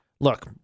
Look